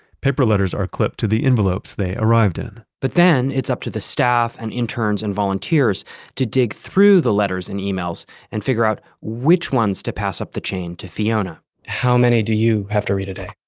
paper letters are clipped to the envelopes they arrived in but then it's up to the staff and interns and volunteers to dig through the letters and emails and figure out which ones to pass up the chain to fiona how many do you have to read a day?